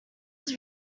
was